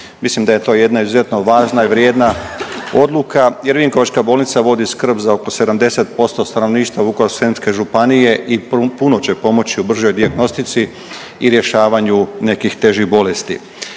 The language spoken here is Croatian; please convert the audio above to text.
Mislim da je to jedna izuzetno važna i vrijedna jer vinkovačka bolnica vodi skrb za oko 70% stanovništva Vukovarsko-srijemske županije i puno će pomoći u bržoj dijagnostici i rješavanju nekih težih bolesti.